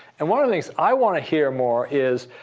and one of the things i want to hear more is